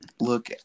Look